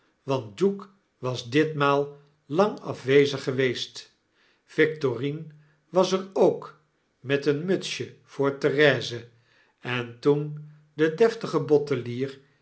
want duke was ditmaal lang afwezig geweest victorine was er ook met een mutsje voor therese en toen de deftige bottelier